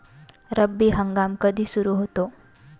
रब्बी हंगाम कधी सुरू होतो?